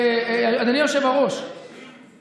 אדוני היושב-ראש,